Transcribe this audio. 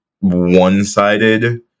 one-sided